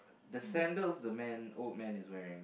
the sandals the man old man is wearing